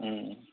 ओम